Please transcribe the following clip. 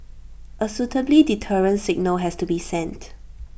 A suitably deterrent signal has to be sent